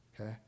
okay